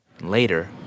Later